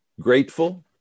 grateful